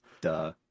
Duh